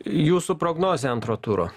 jūsų prognozė antro turo